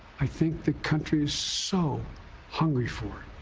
i think the country's so hungry for